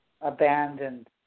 abandoned